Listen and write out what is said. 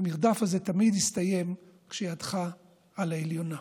המרדף הזה תמיד יסתיים כשידך על העליונה.